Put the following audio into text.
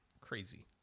Crazy